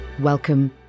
Welcome